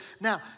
Now